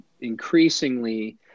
increasingly